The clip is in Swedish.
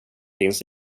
finns